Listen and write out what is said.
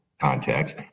context